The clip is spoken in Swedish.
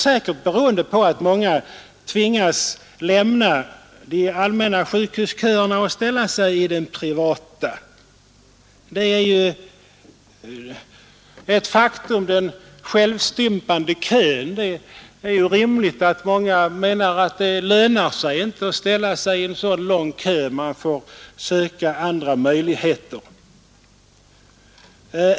Säkert beror det på att många tvingas lämna de allmänna sjukhusköerna och ställa sig i kö hos de privata läkarna. Den ”självstympande kön” är ett faktum. Många menar att det inte lönar sig att stå i en så lång kö, utan man får söka andra möjligheter.